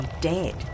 dead